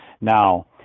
now